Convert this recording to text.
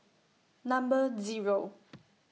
Number Zero